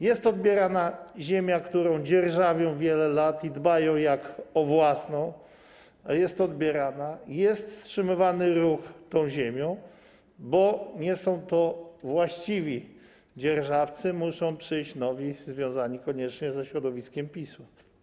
Jest odbierana ziemia, którą dzierżawią wiele lat i o którą dbają jak o własną, jest wstrzymywany ruch tą ziemią, bo nie są to właściwi dzierżawcy, muszą przyjść nowi, związani koniecznie ze środowiskiem PiS-u.